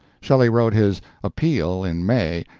shelley wrote his appeal in may,